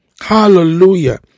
Hallelujah